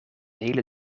hele